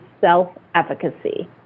self-efficacy